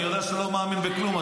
אני יודע שאתה לא מאמין בכלום,